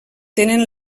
tenen